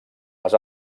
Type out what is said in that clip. les